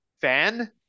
fan